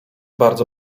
bardzo